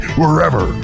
wherever